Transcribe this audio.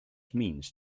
means